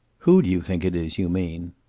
who do you think it is, you mean.